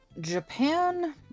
Japan